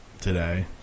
Today